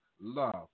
love